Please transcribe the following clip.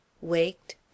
waked